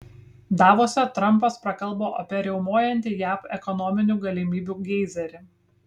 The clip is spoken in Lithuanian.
davose trampas prakalbo apie riaumojantį jav ekonominių galimybių geizerį